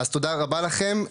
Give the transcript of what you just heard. אז תודה רבה לכם.